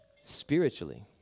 spiritually